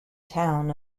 town